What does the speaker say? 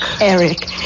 Eric